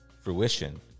fruition